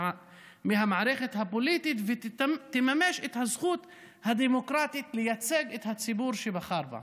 מהמערכת הפוליטית ותממש את הזכות הדמוקרטית לייצג את הציבור שבחר בה.